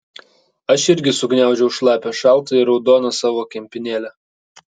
aš irgi sugniaužiau šlapią šaltą ir raudoną savo kempinėlę